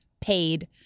paid